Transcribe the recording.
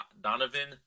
Donovan